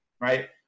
right